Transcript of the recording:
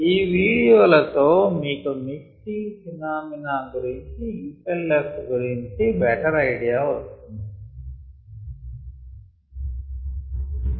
ఈ వీడియో లతో మీకు మిక్సింగ్ ఫినామిన గురించి ఇంపెల్లర్స్ గురించి బెటర్ ఐడియా వస్తుంది